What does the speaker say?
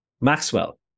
Maxwell